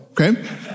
Okay